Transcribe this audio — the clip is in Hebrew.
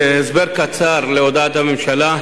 הסבר קצר להודעת הממשלה.